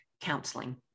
counseling